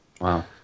Wow